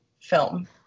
film